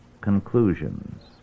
conclusions